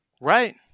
Right